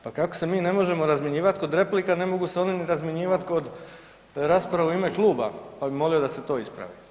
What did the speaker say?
Pa kako se mi ne možemo razmjenjivat kod replika, ne mogu se ni oni razmjenjivat kod rasprave u ime kluba pa bi molio da se ti ispravi.